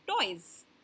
toys